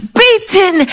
beaten